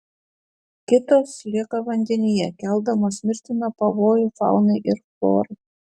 kitos lieka vandenyje keldamos mirtiną pavojų faunai ir florai